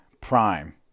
Prime